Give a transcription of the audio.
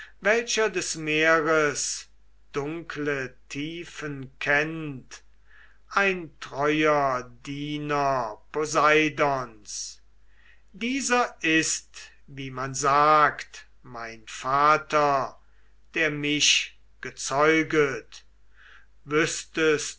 welcher des meeres dunkle tiefen kennt ein treuer diener poseidons dieser ist wie man sagt mein vater der mich gezeuget